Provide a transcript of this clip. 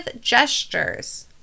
gestures